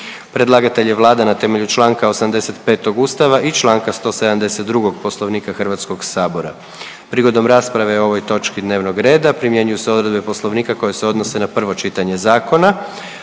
Predlagatelj je Vlada na temelju čl. 85. Ustava i čl. 172. Poslovnika Hrvatskog sabora. Prigodom rasprave o ovoj točki dnevnog reda primjenjuju se odredbe Poslovnika koje se odnose na prvo čitanje zakona,